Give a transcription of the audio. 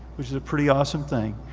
which is a pretty awesome thing.